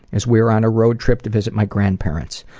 as we're on a road trip to visit my grandparents.